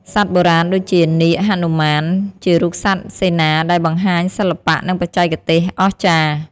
សត្វបុរាណដូចជា នាគ, ហនុមាន ជារូបសត្វសេនាដែលបង្ហាញសិល្បៈ និងបច្ចេកទេសអស្ចារ្យ។